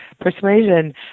persuasion